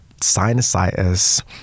sinusitis